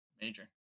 major